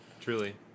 truly